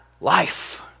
life